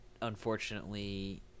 unfortunately